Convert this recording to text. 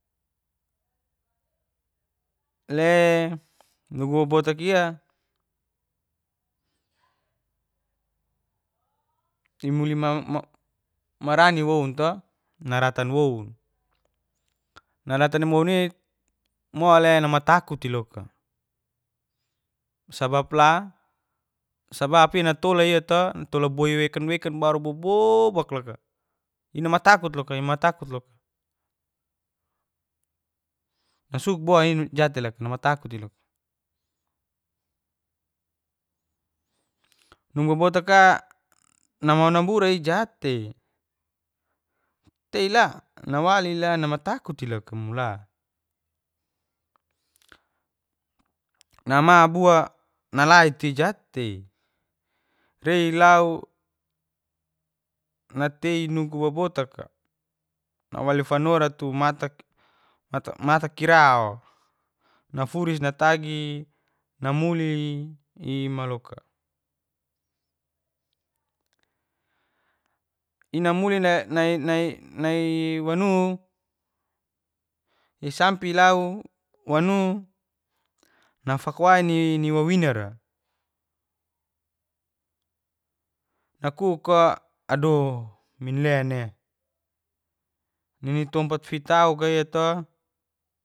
Le nugu babotakia marani wounto naratan woun nalatan wouni mole namatakuti loka sabap la sabap intolaia tolaia to natola boi wekan wekan baru bobobak laka inamatakut loka imatakut loka nugu babotaka namau naburai jattei teila nawalila namatakuti loka mola namabua nalaiti jattei rai lau natei nugu babotaka nawali fanora tu matakirao nafuris natagi namuli'i maloka ina namuli nai wanu isampe lau wanu nafakawai ni waeinara nakuko ado minlene nini tompat fitaukaia ito